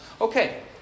Okay